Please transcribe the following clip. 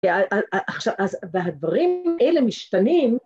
‫והדברים האלה משתנים...